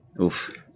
Oof